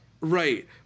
Right